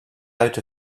out